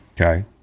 Okay